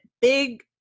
big